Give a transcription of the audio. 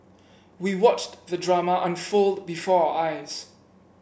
we watched the drama unfold before our eyes